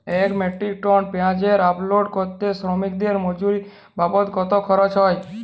এক metric ton পেঁয়াজ unload করতে শ্রমিকের মজুরি বাবদ কত খরচ হয়?